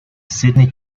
sydney